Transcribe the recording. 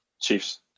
Chiefs